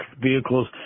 vehicles